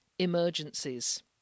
Emergencies